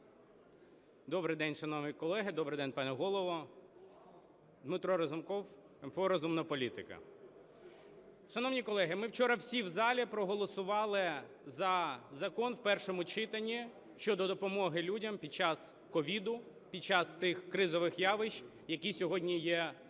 Добрий день, шановні колеги! Добрий день, пане Голово! Дмитро Разумков, МФО "Розумна політика". Шановні колеги, ми вчора всі в залі проголосували за закон в першому читанні щодо допомоги людям під час COVID, під час тих кризових явищ, які сьогодні є в